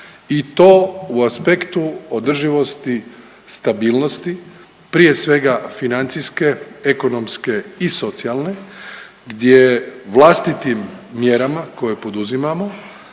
i to u aspektu održivosti stabilnosti prije svega financijske, ekonomske i socijalne gdje vlastitim mjerama koje poduzimamo